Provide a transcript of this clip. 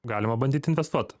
galima bandyt investuot